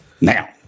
now